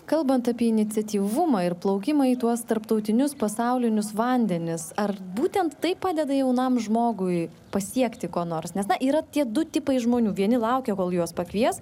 kalbant apie iniciatyvumą ir plaukimą į tuos tarptautinius pasaulinius vandenis ar būtent tai padeda jaunam žmogui pasiekti ko nors nes na yra tie du tipai žmonių vieni laukia kol juos pakvies